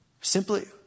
Simply